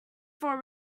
for